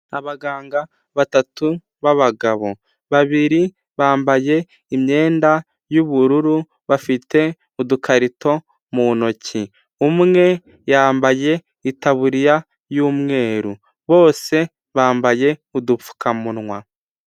Abaganga batatu b'abagabo, babiri bambaye imyenda y'ubururu bafite udukarito mu ntoki, umwe yambaye itaburiya y'umweru, bose bambaye udupfukamunwa.